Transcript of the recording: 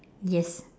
yes